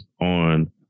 on